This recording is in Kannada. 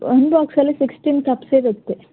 ಒನ್ ಬಾಕ್ಸಲ್ಲಿ ಸಿಕ್ಸ್ಟೀನ್ ಕಪ್ಸ್ ಇರುತ್ತೆ